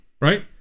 right